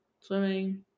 swimming